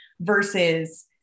versus